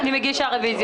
אני גם מגישה רביזיה.